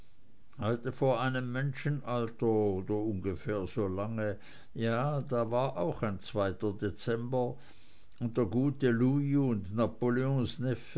heute vor einem menschenalter oder ungefähr so lange ja da war auch ein dezember und der gute louis und